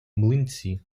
млинці